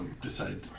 decide